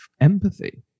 empathy